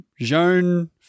Joan